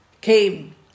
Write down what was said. came